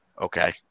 Okay